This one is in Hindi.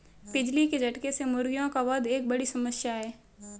बिजली के झटके से मुर्गियों का वध एक बड़ी समस्या है